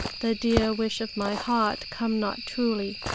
the dear wish of my heart come not truly.